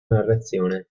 narrazione